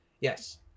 yes